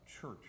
church